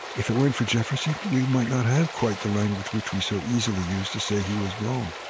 if it weren't for jefferson, we might not have quite the language which we so easily use to say he was wrong.